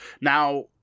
Now